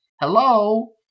Hello